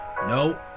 No